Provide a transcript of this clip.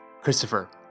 Christopher